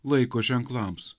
laiko ženklams